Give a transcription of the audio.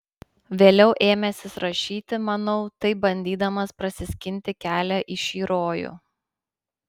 vėliau ėmęsis rašyti manau taip bandydamas prasiskinti kelią į šį rojų